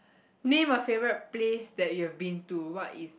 name a favourite place that you've have been to what is